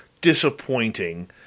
disappointing